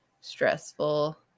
stressful